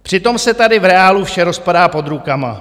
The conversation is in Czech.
Přitom se tady v reálu vše rozpadá pod rukama.